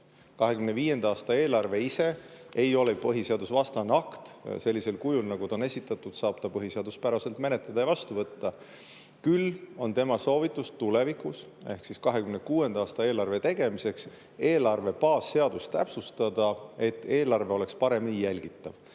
2025. aasta eelarve ise ei ole põhiseadusvastane akt. Sellisel kujul, nagu see on esitatud, saab seda põhiseaduspäraselt menetleda ja vastu võtta. Küll on tema soovitus tulevikuks ehk siis 2026. aasta eelarve tegemiseks eelarve baasseadust täpsustada, et eelarve oleks paremini jälgitav.